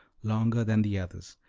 longer than the others,